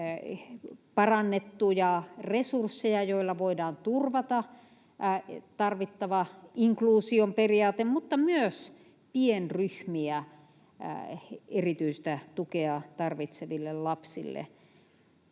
parannettuja resursseja, joilla voidaan turvata tarvittava inkluusion periaate, mutta myös pienryhmiä erityistä tukea tarvitseville lapsille.